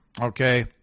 Okay